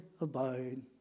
abide